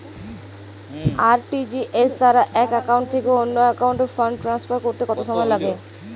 RTGS দ্বারা এক account থেকে অন্য একাউন্টে ফান্ড ট্রান্সফার করতে কত সময় লাগে?